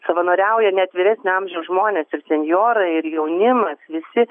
savanoriauja net vyresnio amžiaus žmonės ir senjorai ir jaunimas visi